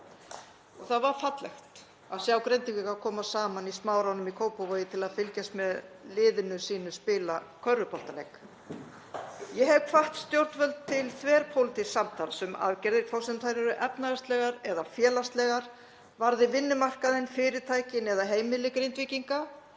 Það var fallegt að sjá Grindvíkinga koma saman í Smáranum í Kópavogi til að fylgjast með liðinu sínu spila körfuboltaleik. Ég hef hvatt stjórnvöld til þverpólitísks samtals um aðgerðir, hvort sem þær eru efnahagslegar eða félagslegar, varði vinnumarkaðinn, fyrirtæki eða heimili Grindvíkinga.